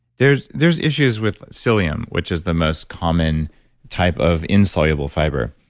there's there's issues with so cilium, which is the most common type of insoluble fiber.